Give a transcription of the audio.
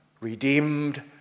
Redeemed